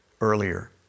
earlier